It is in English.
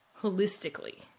holistically